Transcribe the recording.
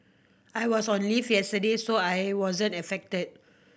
I was on leave yesterday so I wasn't affected